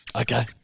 Okay